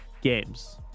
games